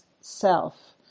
self